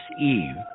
Eve